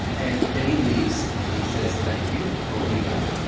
and then he leaves. and he says thank you obrigado